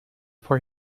for